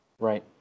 Right